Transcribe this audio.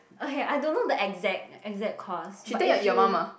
okay I don't know the exact exact cause but if you